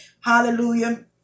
Hallelujah